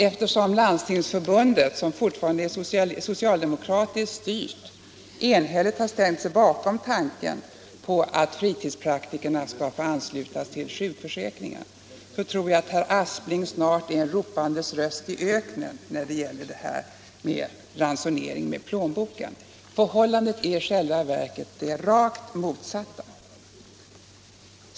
Eftersom Landstingstörbundet, som fortfarande är socialdemokratiskt styrt, enhälligt har ställt sig bakom tanken på att fritidspraktikerna skall få anslutas till sjukförsäkringen, tror jag att herr Aspling snart är en ropandes röst i öknen när det gäller detta med ransonering genom plånboken. Förhållandet är i själva verket det rakt motsatta.